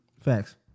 facts